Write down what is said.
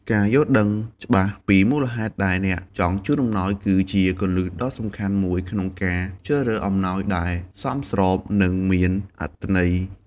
ការយល់ដឹងច្បាស់ពីមូលហេតុដែលអ្នកចង់ជូនអំណោយ គឺជាគន្លឹះដ៏សំខាន់មួយក្នុងការជ្រើសរើសអំណោយដែលសមស្រប និងមានអត្ថន័យ។